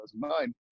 2009